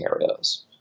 scenarios